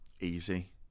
easy